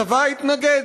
הצבא התנגד,